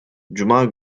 cuma